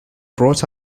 brought